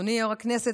אדוני יו"ר הישיבה,